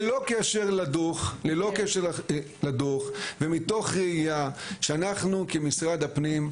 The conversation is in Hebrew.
ללא קשר לדו"ח ומתוך ראייה שאנחנו כמשרד הפנים,